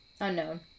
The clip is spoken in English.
unknown